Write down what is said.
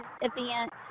event